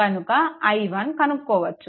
కనుక i1 కనుక్కోవచ్చు